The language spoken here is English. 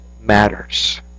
matters